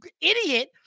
idiot